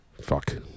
fuck